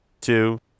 two